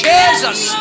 Jesus